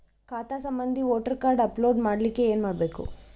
ಖಾತಾ ಸಂಬಂಧಿ voter card upload ಮಾಡಲಿಕ್ಕೆ ಏನ ಮಾಡಬೇಕು?